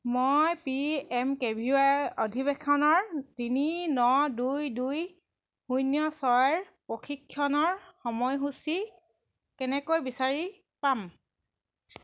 মই P M K V Y অধিৱেশনৰ তিনি ন দুই দুই শূন্য ছয়ৰ প্ৰশিক্ষণৰ সময়সূচী কেনেকৈ বিচাৰি পাম